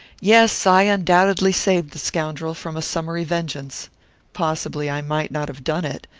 yes, i undoubtedly saved the scoundrel from a summary vengeance possibly i might not have done it,